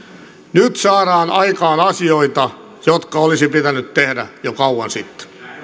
nyt saadaan aikaan asioita jotka olisi pitänyt tehdä jo kauan sitten